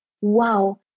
wow